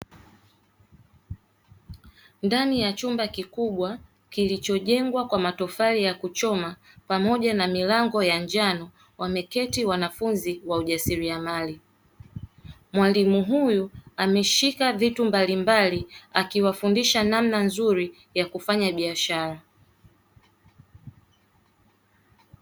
Ndani ya chumba kikubwa kilichojengwa kwa matofali ya kuchoma pamoja na milango ya njano, wameketi wanafunzi wa ujasiriamali. Mwalimu huyu ameshika vitu mbalimbali akiwafundisha namna nzuri ya kufanya biashara.